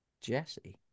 Jesse